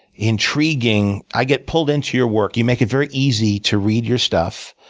intriguing. i get pulled into your work. you make it very easy to read your stuff.